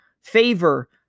favor